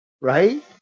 right